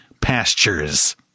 pastures